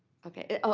okay,